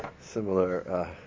similar